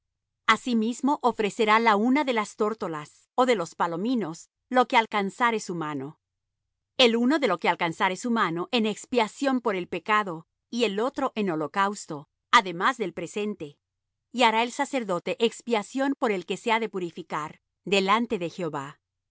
asimismo ofrecerá la una de las tórtolas ó de los palominos lo que alcanzare su mano el uno de lo que alcanzare su mano en expiación por el pecado y el otro en holocausto además del presente y hará el sacerdote expiación por el que se ha de purificar delante de jehová